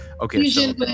Okay